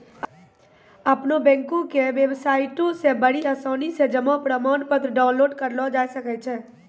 अपनो बैंको के बेबसाइटो से बड़ी आसानी से जमा प्रमाणपत्र डाउनलोड करलो जाय सकै छै